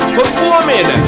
performing